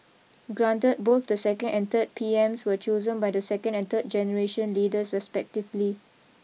granted both the second and third P Ms were chosen by the second and third generation leaders respectively